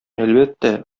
әлбәттә